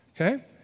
Okay